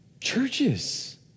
churches